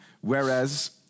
whereas